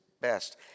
best